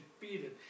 defeated